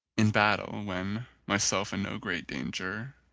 in battle, when, myself in no great danger,